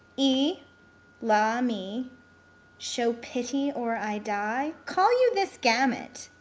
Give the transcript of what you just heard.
e la mi show pity or i die. call you this gamut?